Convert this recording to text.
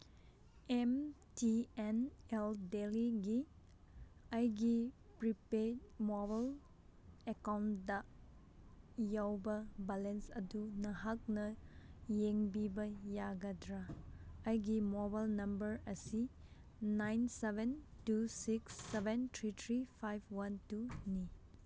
M T N L ꯗꯦꯜꯂꯤꯒꯤ ꯑꯩꯒꯤ prepaid mobile account ꯌꯥꯎꯕ ꯕꯂꯦꯟꯁ ꯑꯗꯨ ꯅꯍꯥꯛꯅ ꯌꯦꯡꯕꯤꯕ ꯌꯥꯒꯗ꯭ꯔꯥ ꯑꯩꯒꯤ ꯃꯣꯕꯥꯏꯜ ꯅꯝꯕꯔ ꯑꯁꯤ nine seven two six seven three three five one ꯇꯨꯅꯤ